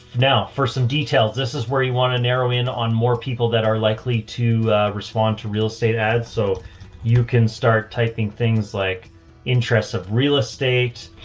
now for some details, this is where you want to narrow in on more people that are likely to respond to real estate ads. so you can start typing things like interests of real estate.